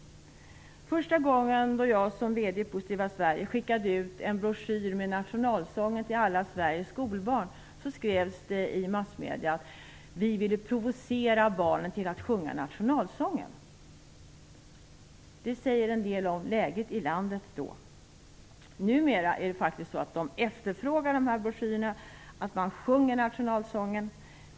Den första gången jag som VD i Positiva Sverige skickade ut en broschyr med nationalsången till alla Sveriges skolbarn skrevs det i massmedierna att vi ville provocera barnen till att sjunga nationalsången. Det säger en del om läget i landet då. Numera efterfrågas de här broschyrerna, och man sjunger nationalsången.